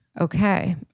Okay